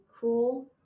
cool